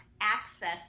access